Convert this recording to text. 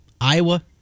Iowa